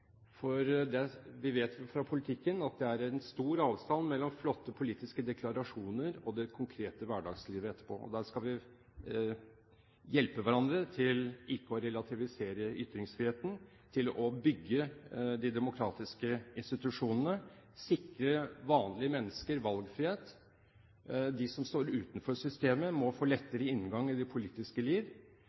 Vi vet fra politikken at det er stor avstand mellom flotte politiske deklarasjoner og det konkrete hverdagslivet etterpå. Der skal vi hjelpe hverandre til ikke å relativisere ytringsfriheten, til å bygge de demokratiske institusjonene og sikre vanlige mennesker valgfrihet. De som står utenfor systemet, må få lettere inngang til det politiske liv.